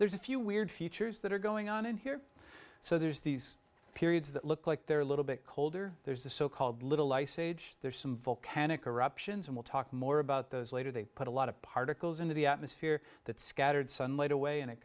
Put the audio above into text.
there's a few weird features that are going on in here so there's these periods that look like they're a little bit colder there's a so called little ice age there are some volcanic eruptions and we'll talk more about those later they put a lot of particles into the atmosphere that scattered sunlight away and it